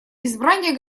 избрание